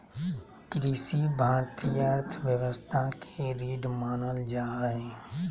कृषि भारतीय अर्थव्यवस्था के रीढ़ मानल जा हइ